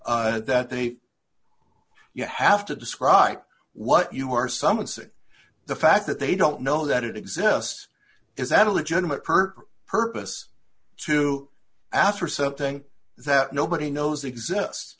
case that they you have to describe what you are some it's the fact that they don't know that it exists is that a legitimate purpose purpose to ask for something that nobody knows exist